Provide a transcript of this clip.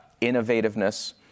innovativeness